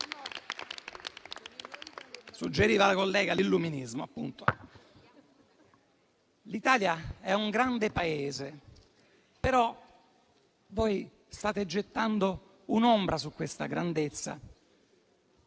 suggeriva l'Illuminismo, appunto. L'Italia è un grande Paese, però voi state gettando un'ombra su questa grandezza;